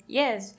yes